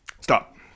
Stop